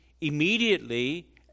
immediately